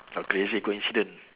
a crazy coincidence